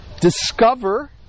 discover